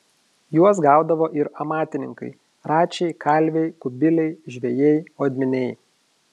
juos gaudavo ir amatininkai račiai kalviai kubiliai žvejai odminiai